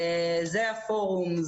זה הפורום,